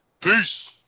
Peace